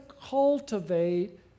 cultivate